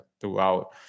throughout